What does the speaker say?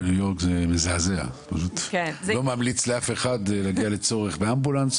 וניו יורק זה מזעזע פשוט לא ממליץ לאף אחד להגיע לצורך באמבולנס,